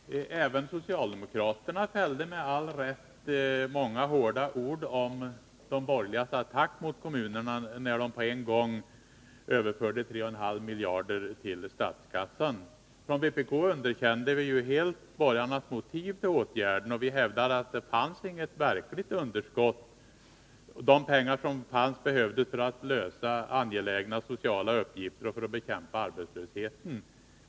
Herr talman! Även socialdemokraterna fällde med all rätt många hårda ord om de borgerligas attack mot kommunerna, när på en gång 3,5 miljarder överfördes till statskassan. Vi från vpk underkände helt borgarnas motiv för åtgärden. Vi hävdade att det inte fanns något verkligt överskott. De pengar som fanns behövdes för att lösa angelägna sociala uppgifter och för att bekämpa arbetslösheten.